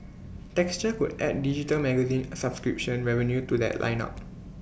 texture could add digital magazine subscription revenue to that lineup